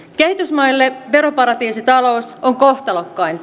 kehitysmaille veroparatiisitalous on kohtalokkainta